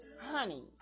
Honey